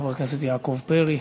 חבר הכנסת יעקב פרי.